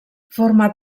forma